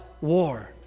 war